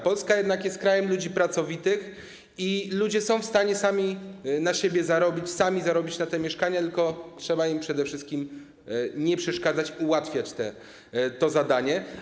Polska jednak jest krajem ludzi pracowitych i ludzie są w stanie sami na siebie zarobić, sami zarobić na te mieszkania, tylko trzeba im przede wszystkim nie przeszkadzać, ułatwiać to zadanie.